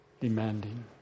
demanding